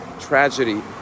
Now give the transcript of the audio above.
tragedy